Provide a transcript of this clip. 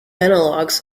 analogues